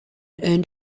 earned